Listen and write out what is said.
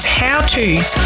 how-tos